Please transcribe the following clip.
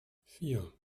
vier